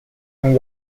and